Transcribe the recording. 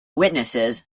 witnesses